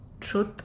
truth